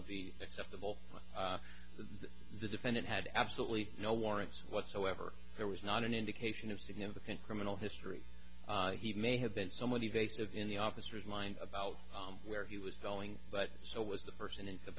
would be acceptable to the defendant had absolutely no warrants whatsoever there was not an indication of significant criminal history he may have been someone the base of in the officer's mind about where he was going but so was the person in the